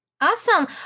Awesome